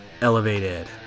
elevated